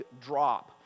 drop